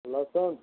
लसूण